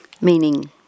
meaning